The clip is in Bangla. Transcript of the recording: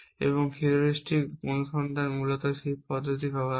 এবং হিউরিস্টিক অনুসন্ধান মূলত সেই পদ্ধতি ব্যবহার করে